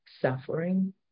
suffering